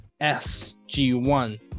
SG1